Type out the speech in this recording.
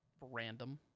Random